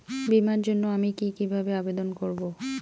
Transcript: বিমার জন্য আমি কি কিভাবে আবেদন করব?